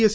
S